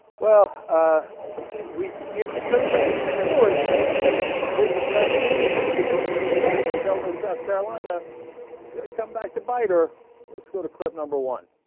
well ah. issue we keep if it turns out she did do it this a statement from a debate she had for governor of south carolina gonna come back to bite her let's go to clip number one